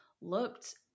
looked